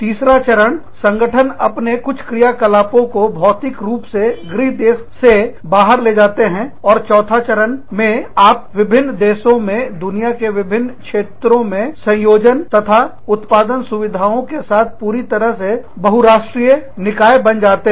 तीसरा चरण संगठन अपने कुछ क्रियाकलापों को भौतिक रूप से गृह देश से बाहर ले जाते हैं और चौथा चरण मे आप विभिन्न देशों में दुनिया के भिन्न क्षेत्रों में संयोजन तथा उत्पादन सुविधाओं के साथ पूरी तरह से बहुराष्ट्रीय निकाय बन जाते हैं